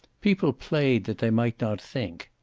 people played that they might not think.